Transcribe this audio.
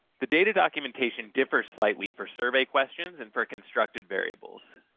the data documentation differs slightly for survey questions and for constructed variables.